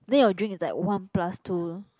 then your drink is like one plus two